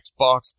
Xbox